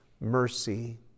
mercy